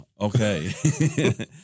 okay